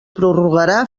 prorrogarà